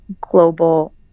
global